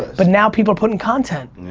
but now people are putting content.